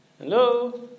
hello